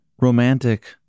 romantic